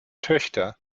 töchter